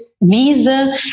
visa